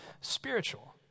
spiritual